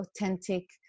authentic